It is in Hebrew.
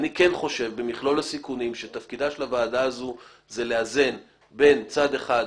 אני חושב שתפקידה של הוועדה הזאת הוא לאזן בין צד אחד,